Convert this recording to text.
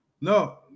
No